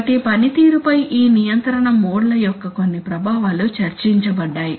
కాబట్టి పనితీరుపై ఈ నియంత్రణ మోడ్ల యొక్క కొన్ని ప్రభావాలు చర్చించబడ్డాయి